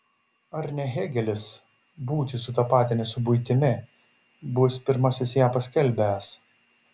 ar ne hėgelis būtį sutapatinęs su buitimi bus pirmasis ją paskelbęs